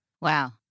Wow